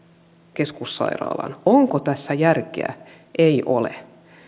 keskussairaalaan onko tässä järkeä ei ole